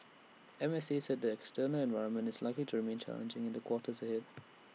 M S A said the external environment is likely to remain challenging in the quarters ahead